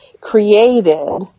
created